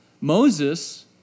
Moses